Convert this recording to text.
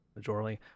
majorly